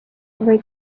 või